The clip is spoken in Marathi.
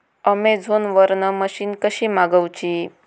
अमेझोन वरन मशीन कशी मागवची?